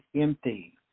empty